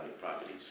properties